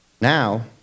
Now